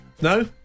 No